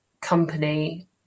company